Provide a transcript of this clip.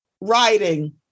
writing